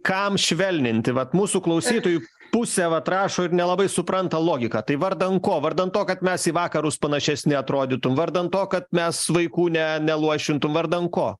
kam švelninti vat mūsų klausytojų pusė vat rašo ir nelabai supranta logiką tai vardan ko vardan to kad mes į vakarus panašesni atrodytum vardan to kad mes vaikų ne neluošintum vardan ko